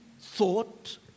thought